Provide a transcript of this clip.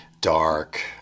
dark